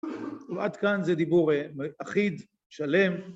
ועד כאן זה דיבור אחיד, שלם